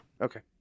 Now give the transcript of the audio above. Okay